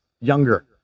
younger